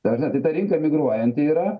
ta prasme tai ta rinka migruojanti yra